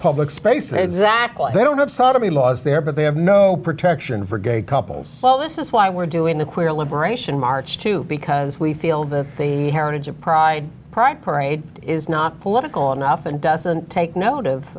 public space exactly they don't have sodomy laws there but they have no protection for gay couples well this is why we're doing the queer liberation march too because we feel the heritage of pride pride parade is not political enough and doesn't take not